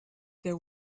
there